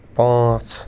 پانٛژھ